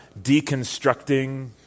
deconstructing